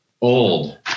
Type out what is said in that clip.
Old